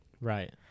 Right